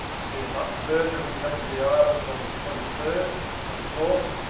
i knew the mutton-birds would be coming to the islands on the twenty third or twenty fourth,